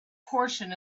portion